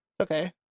Okay